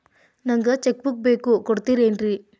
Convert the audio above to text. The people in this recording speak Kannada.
ನಂಗ ಚೆಕ್ ಬುಕ್ ಬೇಕು ಕೊಡ್ತಿರೇನ್ರಿ?